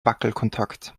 wackelkontakt